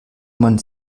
man